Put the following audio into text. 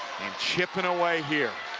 chipping away here.